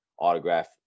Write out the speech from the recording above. autograph